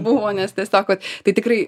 buvo nes tiesiog ot tai tikrai